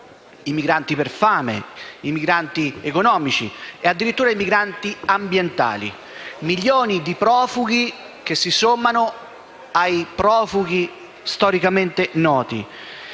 i migranti per fame, i migranti economici, e addirittura i migranti ambientali: milioni di profughi che si sommano ai profughi storicamente noti;